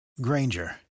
granger